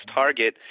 target